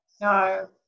no